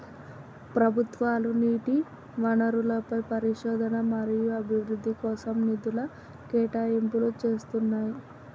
ప్రభుత్వాలు నీటి వనరులపై పరిశోధన మరియు అభివృద్ధి కోసం నిధుల కేటాయింపులు చేస్తున్నయ్యి